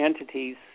entities